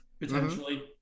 potentially